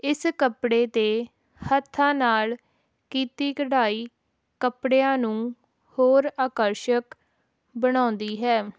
ਇਸ ਕੱਪੜੇ 'ਤੇ ਹੱਥਾਂ ਨਾਲ ਕੀਤੀ ਕਢਾਈ ਕੱਪੜਿਆਂ ਨੂੰ ਹੋਰ ਆਕਰਸ਼ਕ ਬਣਾਉਂਦੀ ਹੈ